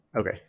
Okay